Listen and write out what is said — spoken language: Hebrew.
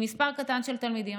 עם מספר קטן של תלמידים,